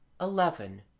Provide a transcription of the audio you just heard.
Eleven